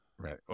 Right